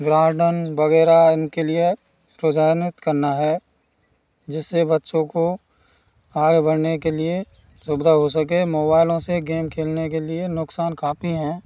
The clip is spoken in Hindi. गार्डन वगैरह उनके लिए है करना है जिससे बच्चों को आगे बढ़ने के लिए सुविधा हो सके मोबाईलों से गेम खेलने के लिए नुकसान काफ़ी हैं